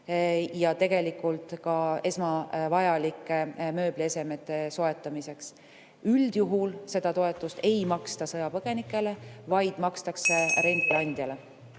samuti esmavajalike mööbliesemete soetamiseks. Üldjuhul seda toetust ei maksta sõjapõgenikele, vaid makstakse rendileandjale.